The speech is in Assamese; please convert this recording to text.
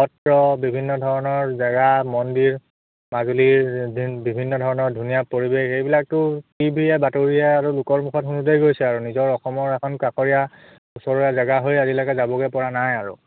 সত্ৰ বিভিন্ন ধৰণৰ জেগা মন্দিৰ মাজুলীৰ বিভিন্ন ধৰণৰ ধুনীয়া পৰিৱেশ এইবিলাকতো টি ভিয়ে বাতৰিয়ে আৰু লোকৰ মুখত শুনোঁতেই গৈছে আৰু নিজৰ অসমৰ এখন কাষৰীয়া ওচৰৰে জেগা হৈ আজিলৈকে যাবগৈ পৰা নাই আৰু